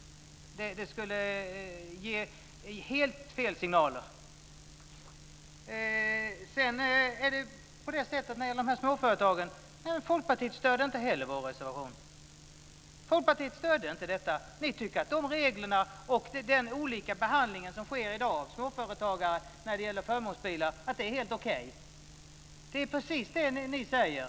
Det skulle ge helt fel signaler. Folkpartiet stöder inte heller vår reservation om småföretagen. Ni tycker att dagens olikabehandling av småföretagare när det gäller förmånsbilar är helt okej. Det är precis det som ni säger.